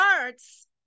arts